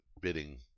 bidding